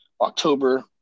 October